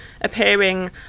appearing